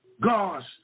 God's